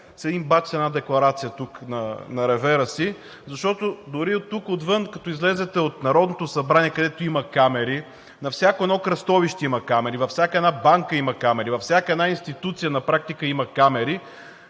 един бадж, с една декларация тук на ревера си, защото дори и оттук, отвън, като излезете от Народното събрание, където има камери, на всяко едно кръстовище има камери, във всяка една банка има камери, във всяка една институция на практика има камери,